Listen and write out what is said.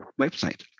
website